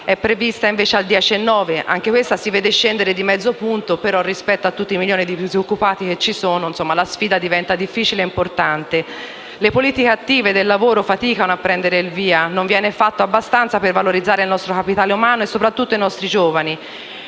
il 2017 è prevista invece al 10,9 per cento: anche questa si vede scendere di mezzo punto, ma rispetto ai milioni di disoccupati che ci sono la sfida diventa difficile e importante. Le politiche attive del lavoro faticano a prendere il via; non viene fatto abbastanza per valorizzare il nostro capitale umano e soprattutto i nostri giovani,